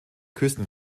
küsten